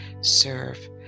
serve